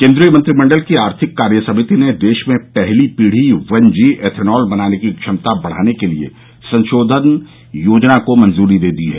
केन्द्रीय मंत्रिमंडल की आर्थिक कार्य समिति ने देश में पहली पीढ़ी वन जी एथेनाल बनाने की क्षमता बढाने के लिए संशोधित योजना को मंजूरी दे दी है